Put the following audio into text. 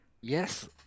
Yes